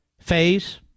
phase